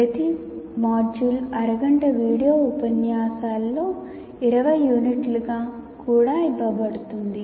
ప్రతి మాడ్యూల్ అరగంట వీడియో ఉపన్యాసాలలో 20 యూనిట్లుగా కూడా ఇవ్వబడుతుంది